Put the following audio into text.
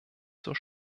zur